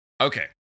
Okay